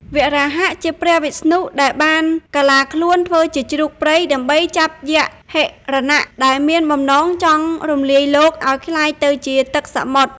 វរាហៈ ជាព្រះវិស្ណុដែលបានកាឡាខ្លួនធ្វើជាជ្រូកព្រៃ ដើម្បីចាប់យក្សហិរណៈ ដែលមានបំណងចង់រំលាយលោកឱ្យក្លាយទៅជាទឹកសមុទ្រ។